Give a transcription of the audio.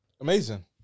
Amazing